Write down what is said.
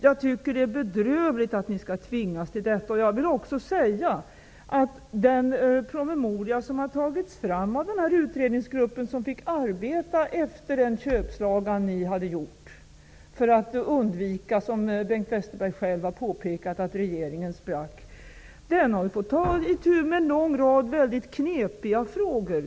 Jag tycker att det är bedrövligt att ni skall tvingas till detta. Den utredningsgrupp som fick arbeta efter den köpslagan Folkpartiet hade gjort för att undvika -- som Bengt Westerberg själv har påpekat -- att regeringen skulle spricka, har fått ta itu med en lång rad väldigt knepiga frågor.